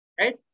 right